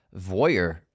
voyeur